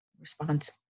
Response